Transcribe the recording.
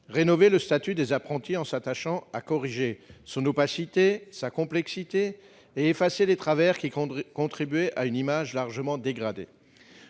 -rénové le statut des apprentis en s'attachant à corriger son opacité et sa complexité, ainsi qu'à effacer les travers qui contribuaient à en donner une image largement dégradée.